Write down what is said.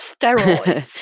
steroids